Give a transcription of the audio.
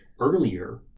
Earlier